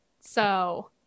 So-